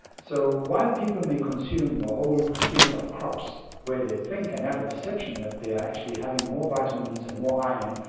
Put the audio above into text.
so while people may consume a whole suite of crops where they think and have a perception that they are actually having more vitamins and more iron,